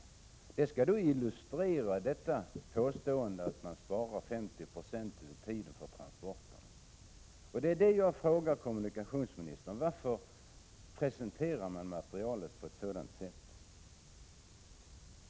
Detta skulle illustrera påståendet att man sparar 50 96 av tiden för transporterna! Jag frågar kommunikationsministern: Varför presenterar man materialet på ett sådant sätt?